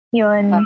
yun